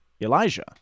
Elijah